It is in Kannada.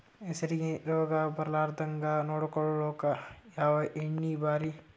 ಹೆಸರಿಗಿ ರೋಗ ಬರಲಾರದಂಗ ನೊಡಕೊಳುಕ ಯಾವ ಎಣ್ಣಿ ಭಾರಿ?